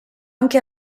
anche